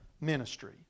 ministry